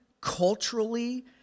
culturally